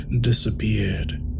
disappeared